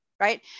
Right